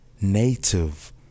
native